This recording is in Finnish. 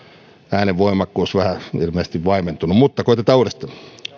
äänenvoimakkuus ilmeisesti vähän vaimentunut mutta koetetaan uudestaan